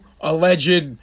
alleged